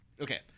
Okay